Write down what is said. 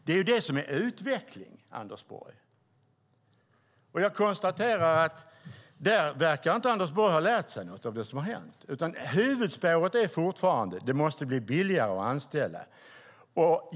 Det är det som är utveckling, Anders Borg. Jag konstaterar att Anders Borg inte verkar ha lärt sig något av det som har hänt, utan huvudspåret är fortfarande att det måste bli billigare att anställa.